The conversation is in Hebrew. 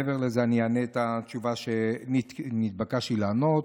מעבר לזה אני אענה את התשובה שנתבקשתי לענות.